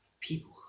People